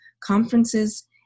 conferences